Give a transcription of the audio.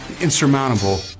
insurmountable